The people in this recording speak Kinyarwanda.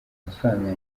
amafaranga